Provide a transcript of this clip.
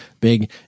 big